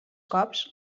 cops